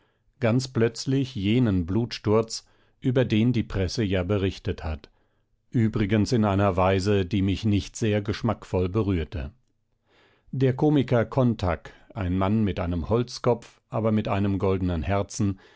ganz plötzlich jenen blutsturz über den die presse ja berichtet hat übrigens in einer weise die mich nicht sehr geschmackvoll berührte der komiker kontack ein mann mit einem holzkopf aber mit einem goldenen herzen